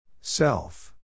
Self